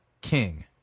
king